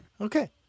Okay